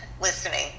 listening